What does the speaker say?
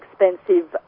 expensive